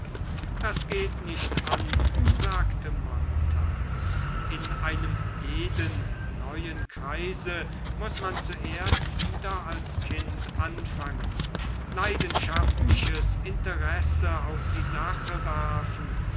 das geht nicht an sagte jarno in einem jeden neuen kreise muß man zuerst wieder als kind anfangen leidenschaftliches interesse auf die sache werfen